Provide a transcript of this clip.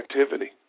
activity